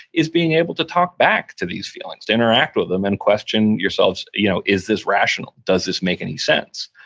is being able to talk back to these feelings, to interact with them and question yourselves, you know is this rational? does this make any sense?